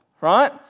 Right